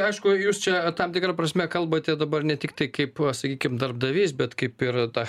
aišku jūs čia tam tikra prasme kalbate dabar ne tiktai kaip sakykim darbdavys bet kaip ir ta